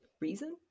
reason